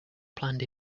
planned